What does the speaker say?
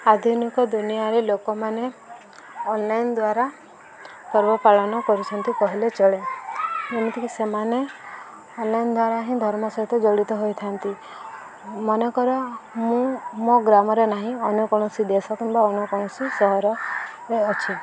ଆଧୁନିକ ଦୁନିଆରେ ଲୋକମାନେ ଅନଲାଇନ୍ ଦ୍ୱାରା ପର୍ବ ପାାଳନ କରୁଛନ୍ତି କହିଲେ ଚଳେ ଯେମିତିକି ସେମାନେ ଅନଲାଇନ୍ ଦ୍ଵାରା ହିଁ ଧର୍ମ ସହିତ ଜଡ଼ିତ ହୋଇଥାନ୍ତି ମନେକର ମୁଁ ମୋ ଗ୍ରାମରେ ନାହିଁ ଅନ୍ୟ କୌଣସି ଦେଶ କିମ୍ବା ଅନ୍ୟ କୌଣସି ସହରରେ ଅଛି